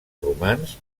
romans